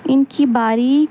ان کی باریک